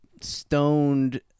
stoned